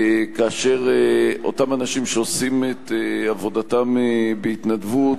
כאשר אותם אנשים, שעושים עבודתם בהתנדבות,